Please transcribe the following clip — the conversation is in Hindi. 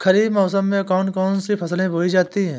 खरीफ मौसम में कौन कौन सी फसलें बोई जाती हैं?